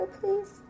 please